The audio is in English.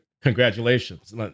Congratulations